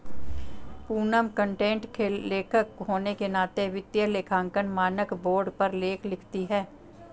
Poonam content लेखक होने के नाते वित्तीय लेखांकन मानक बोर्ड पर लेख लिखती है